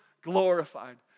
glorified